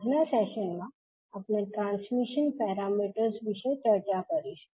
આજના સેશનમાં આપણે ટ્રાન્સમિશન પેરામીટર્સ વિશે ચર્ચા કરીશું